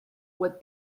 what